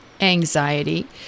anxiety